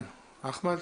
אחמד?